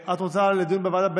את רוצה לדיון בוועדה.